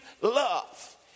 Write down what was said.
love